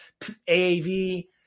AAV